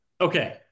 Okay